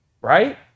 right